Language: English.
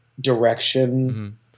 direction